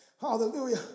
Hallelujah